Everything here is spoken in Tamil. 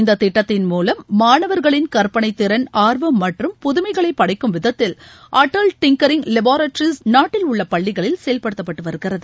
இந்த திட்டத்தின் மூலம் மாணவர்களின் கற்பனைத்திறன் ஆர்வம் மற்றும் புதுமைகளை படைக்கும் விதத்தில் அடல் டிங்கரிங் வேபராட்டரிஸ் நாட்டில் உள்ள பள்ளிகளில் செயல்படுத்தப்பட்டு வருகிறது